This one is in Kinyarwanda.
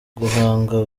guhanga